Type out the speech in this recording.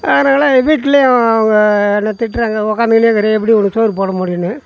அதனால வீட்லேயும் என்னை திட்டுறாங்க உக்காந்துக்கின்னே இருக்குறியே எப்படி உனக்கு சோறு போட முடியும்னு